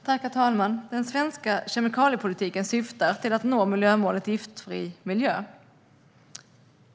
Herr talman! Den svenska kemikaliepolitiken syftar till att nå miljömålet Giftfri miljö.